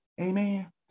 Amen